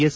S